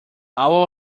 all